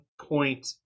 point